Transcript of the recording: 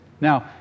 Now